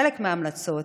בחלק מההמלצות